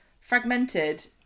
fragmented